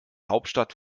hauptstadt